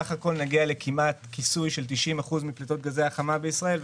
בסך הכול נגיע לכיסוי של כמעט 90% מפליטות גזי החממה בישראל,